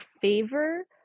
favor